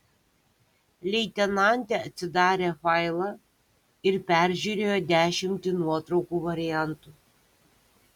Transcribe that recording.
leitenantė atsidarė failą ir peržiūrėjo dešimtį nuotraukų variantų